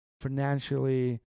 financially